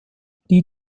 die